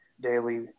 daily